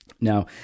Now